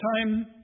time